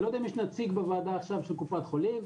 אני לא יודע אם יש נציג בוועדה של קופת חולים.